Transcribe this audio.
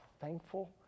thankful